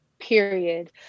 period